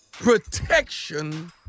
Protection